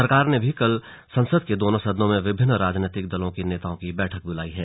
सरकार ने भी कल संसद के दोनों सदनों में विभिन्न राजनैतिक दलों के नेताआँ की बैठक बुलाई है